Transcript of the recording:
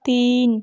तीन